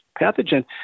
pathogen